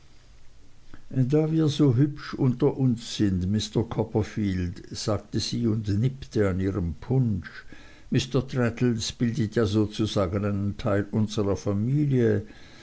da wir so hübsch unter uns sind mr copperfield sagte sie und nippte an ihrem punsch mr traddles bildet ja sozusagen einen teil unserer familie